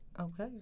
Okay